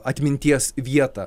atminties vietą